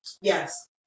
Yes